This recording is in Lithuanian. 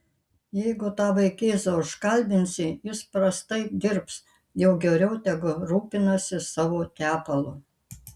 jeigu tą vaikėzą užkalbinsi jis prastai dirbs jau geriau tegu rūpinasi savo tepalu